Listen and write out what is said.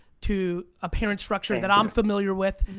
to a parent structure that i'm familiar with,